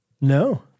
No